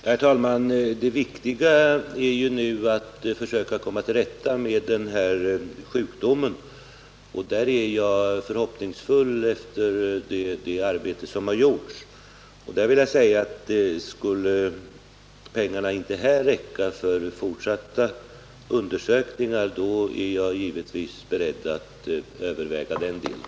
Herr talman! Det viktiga är nu att försöka komma till rätta med den här sjukdomen, och därvidlag är jag förhoppningsfull efter det arbete som gjorts. Skulle pengarna inte räcka till fortsatta undersökningar är jag givetvis beredd att överväga den delen.